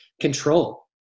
control